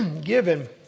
given